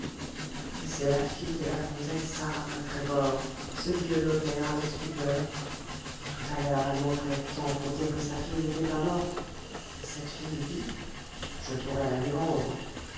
et c'est la fille de la comtesse sarah mac gregor se dit le notaire avec stupeur et tout à l'heure elle m'offrait tant pour dire que sa fille n'était pas morte et cette fille vit je pourrais la lui rendre